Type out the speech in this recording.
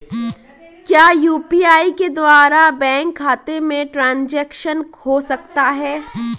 क्या यू.पी.आई के द्वारा बैंक खाते में ट्रैन्ज़ैक्शन हो सकता है?